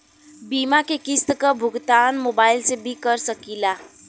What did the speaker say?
बीमा के किस्त क भुगतान मोबाइल से भी कर सकी ला?